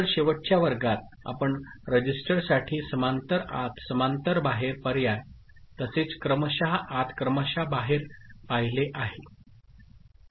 तर शेवटच्या वर्गात आपण रजिस्टरसाठी समांतर आत समांतर बाहेर पर्याय तसेच क्रमशः आत क्रमशः बाहेर पाहिले आहे ठीक